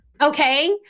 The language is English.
okay